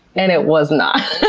and it was not.